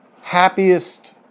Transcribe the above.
happiest